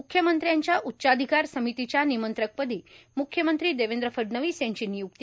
म्ख्यमंत्र्यांच्या उच्चाधिकार समितीच्या निमंत्रकपदी म्ख्यमंत्री देवेंद्र फडणवीस यांची निय्क्ती